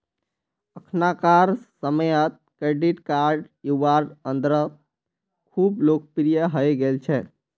अखनाकार समयेत credit card युवार अंदरत खूब लोकप्रिये हई गेल छेक